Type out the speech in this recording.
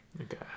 okay